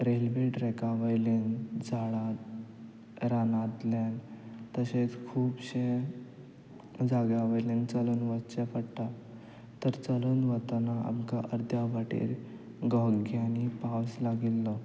railway ट्रॅका वयलीं झाडां रानांतल्यान तशेंच खुबशें जाग्या वयल्यान चलून वच्चें पडटा तर चलून वतना आमकां अर्द्या वाटेर घोग्यांनी पावस लागिल्लो